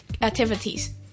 activities